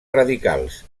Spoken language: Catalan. radicals